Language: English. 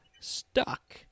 stuck